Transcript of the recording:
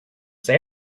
this